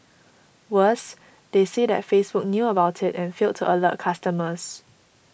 worse they say that Facebook knew about it and failed to alert customers